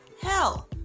hell